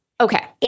Okay